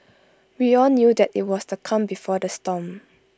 we all knew that IT was the calm before the storm